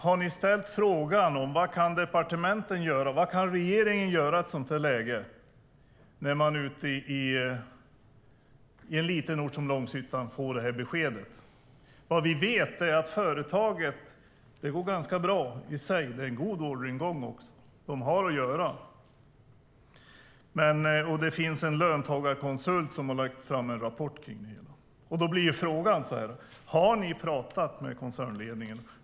Har ni ställt er frågan: Vad kan departementen göra och vad kan regeringen göra i ett läge där en liten ort som Långshyttan får ett sådant besked? Vad vi vet är att företaget går ganska bra i sig. Det är en god orderingång; de har att göra. Det finns en löntagarkonsult som har lagt fram en rapport om det hela. Frågan blir åter: Har ni talat med koncernledningen?